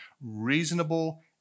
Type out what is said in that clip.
reasonable